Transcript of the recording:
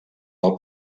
del